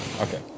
Okay